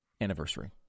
anniversary